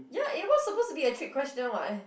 ya it was supposed to be a trick question [what]